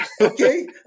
okay